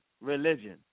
religion